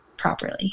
properly